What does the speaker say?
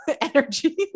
energy